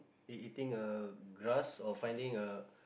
it eating a grass or finding a